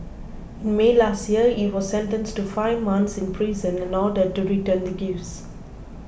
in May last year he was sentenced to five months in prison and ordered to return the gifts